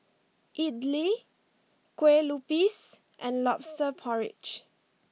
Idly Kueh Lupis and Lobster Porridge